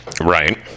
Right